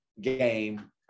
game